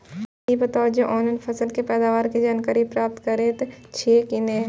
ई बताउ जे ऑनलाइन फसल के पैदावार के जानकारी प्राप्त करेत छिए की नेय?